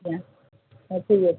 ଆଜ୍ଞା ହଉ ଠିକ୍ ଅଛି